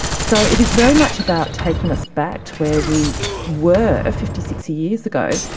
so it is very much about taking us back to where we were fifty six years ago,